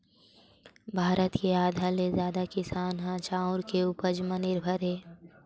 भारत के आधा ले जादा किसान ह चाँउर के उपज म निरभर हे